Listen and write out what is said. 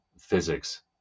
physics